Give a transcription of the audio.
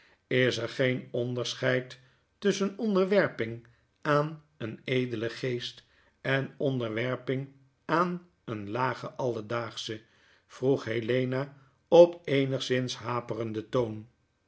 is er geen onderscheid tusschen onderwerping aan een edelen geest en onderwerping aan een lagen alledaagschen vroeg helena op eenigszins haperenden toon